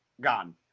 gone